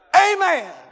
Amen